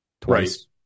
twice